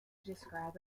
describe